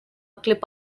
clip